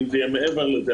אם זה יהיה מעבר לזה,